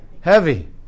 heavy